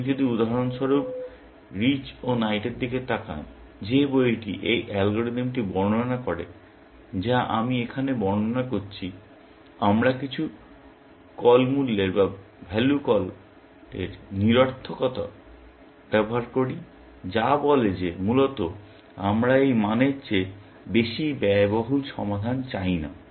আপনি যদি উদাহরণ স্বরূপ rich ও night এর দিকে তাকান যে বইটি এই অ্যালগরিদমটি বর্ণনা করে যা আমি এখানে বর্ণনা করছি আমরা কিছু কল মূল্যের নিরর্থকতা ব্যবহার করি যা বলে যে মূলত আমরা এই মানের চেয়ে বেশি ব্যয়বহুল সমাধান চাই না